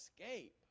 escape